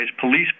police